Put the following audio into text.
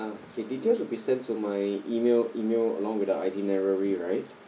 ah the details will be sent to my email email along with the itinerary right